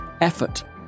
effort